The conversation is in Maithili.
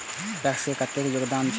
पैक्स के कतेक योगदान छै?